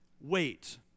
wait